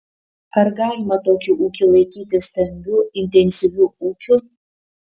ar galima tokį ūkį laikyti stambiu intensyviu ūkiu